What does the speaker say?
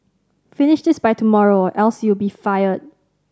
finish this by tomorrow or else you'll be fired